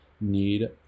need